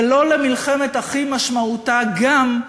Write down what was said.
ו"לא למלחמת אחים" משמעותה גם,